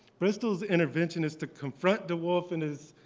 bristol's intervention is to confront de woolf in his